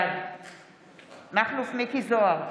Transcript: בעד מכלוף מיקי זוהר,